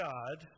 God